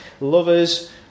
lovers